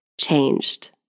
changed